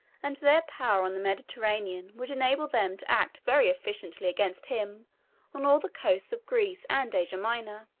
and their power on the mediterranean would enable them to act very efficiently against him on all the coasts of greece and asia minor.